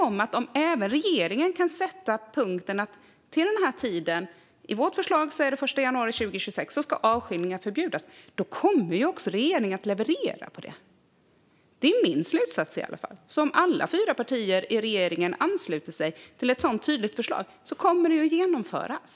Om man får regeringen att sätta en tidpunkt - i vårt förslag är det den 1 januari 2026 som avskiljningarna ska förbjudas - kommer också regeringen att leverera på det. Det är i alla fall min slutsats. Om alla fyra partier i regeringsunderlaget ansluter sig till ett sådant tydligt förslag kommer det att genomföras.